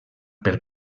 per